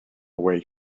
way